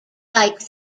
like